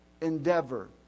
endeavor